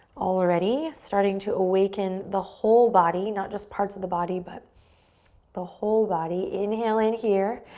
already starting to awaken the whole body, not just parts of the body, but the whole body. inhale in here.